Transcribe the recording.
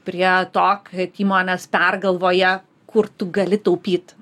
prie to kad įmonės pergalvoja kur tu gali taupyt